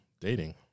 dating